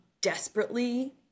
desperately